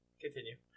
continue